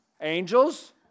Angels